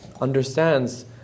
understands